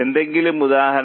എന്തെങ്കിലും ഉദാഹരണം